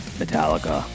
Metallica